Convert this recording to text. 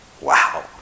wow